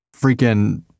freaking